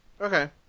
Okay